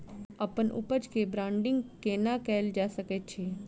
अप्पन उपज केँ ब्रांडिंग केना कैल जा सकैत अछि?